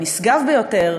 הנשגב ביותר,